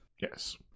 Yes